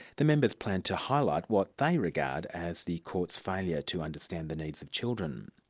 the members plan to highlight what they regard as the court's failure to understand the needs of children.